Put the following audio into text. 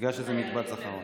בגלל שזה מקבץ אחרון.